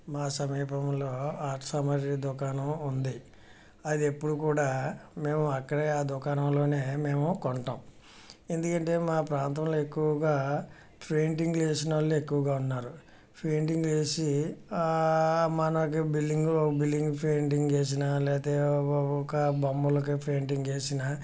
మా సమీపంలో ఆర్ట్ సామాగ్రి దుకాణం ఉంది అది ఎప్పుడు కూడా మేము అక్కడే ఆ దుకాణంలోనే మేము కొంటాం ఎందుకంటే మా ప్రాంతంలో ఎక్కువగా పెయింటింగ్ వేసిన వాళ్లు ఎక్కువగా ఉన్నారు పెయింటింగ్ వేసి మనకి బిల్డింగ్ బిల్డింగ్ పెయింటింగ్ వేసిన లేకపోతే ఒక బొమ్మలకి పెయింటింగ్ వేసిన